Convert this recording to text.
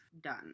done